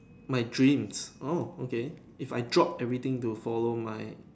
my dream orh okay if I drop everything to follow my